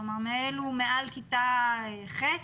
כלומר, מעל כיתה ח'.